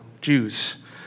Jews